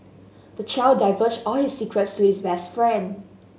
the child divulged all his secrets to his best friend